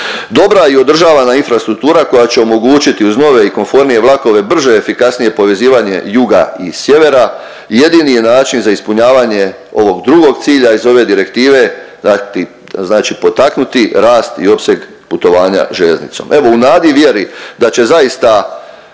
Dobra i održavana infrastruktura koja će omogućiti uz nove i komfornije vlakove brže, efikasnije povezivanje juga i sjevera jedini je način za ispunjavanje ovog drugog cilja iz ove direktive. Znači potaknuti rast i opseg putovanja željeznicom. Evo, u nadi i vjeri da će zaista